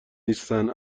نیستن